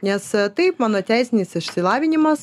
nes taip mano teisinis išsilavinimas